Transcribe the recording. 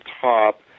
top